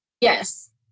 Yes